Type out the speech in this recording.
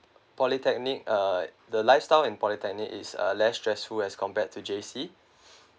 polytechnic uh the lifestyle in polytechnic is uh less stressful as compared to J_C